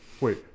Wait